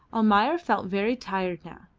almayer felt very tired now,